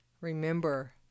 remember